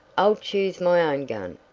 i'll choose my own gun,